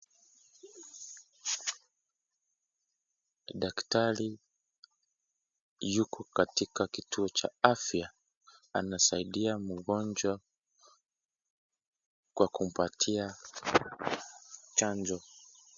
Daktari yuko katika kituo cha afya anasaidia mgonjwa kwa kumpatia chanjo.